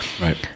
Right